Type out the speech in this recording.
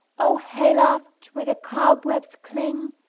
o hayloft where the cobwebs cling,